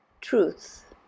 truth